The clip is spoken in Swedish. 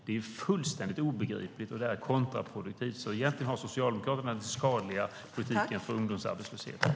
Det är fullständigt obegripligt, och det är kontraproduktivt. Egentligen har Socialdemokraterna den skadliga politiken när det gäller ungdomsarbetslösheten.